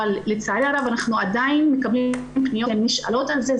אבל לצערי הרב אנחנו עדיין מקבלים פניות שהן נשאלות על זה.